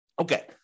Okay